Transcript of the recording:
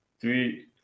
three